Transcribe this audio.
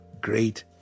great